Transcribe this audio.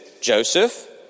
Joseph